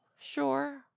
sure